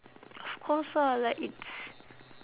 of course lah like it's